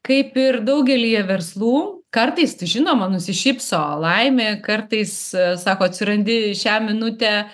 kaip ir daugelyje verslų kartais žinoma nusišypso laimė kartais sako atsirandi šią minutę